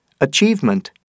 Achievement